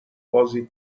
بازی